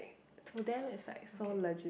to them it's like so legit